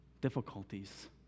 difficulties